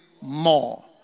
more